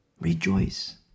Rejoice